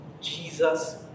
Jesus